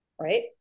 Right